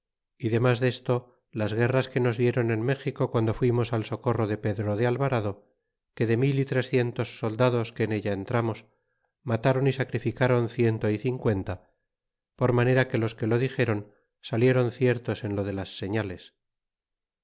e demas desto las guerras que nos diéron en méxico guando fuimos al socorro de pedro de alvarado que de mil é trescientos soldados que en ella entramos matáron y sacrificron ciento y cincuenta por manera que los que lo dixéron salieron ciertos en lo de las señales